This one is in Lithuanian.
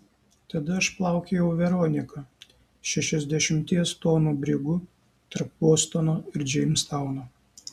tada aš plaukiojau veronika šešiasdešimties tonų brigu tarp bostono ir džeimstauno